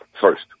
first